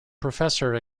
professor